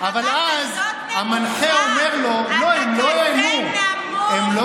אבל אז המנחה אומר לו: הם לא העלו מיסים,